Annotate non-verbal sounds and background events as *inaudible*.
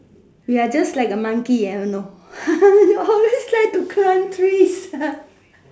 we are just like a monkey I don't know *laughs* always like to climb trees ha